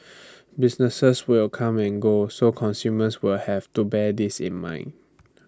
businesses will come and go so consumers will have to bear this in mind